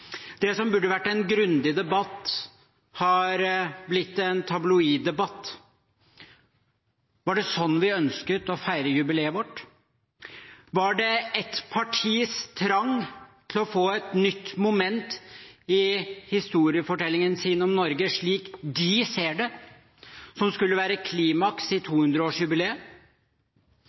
Det som burde vært en grundig debatt, har blitt en tabloiddebatt. Var det sånn vi ønsket å feire jubileet vårt? Var det ett partis trang til å få et nytt moment i historiefortellingen sin om Norge, slik de ser det, som skulle være klimaks i